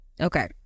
Okay